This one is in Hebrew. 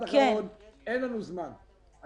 אין לנו זמן.